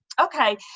Okay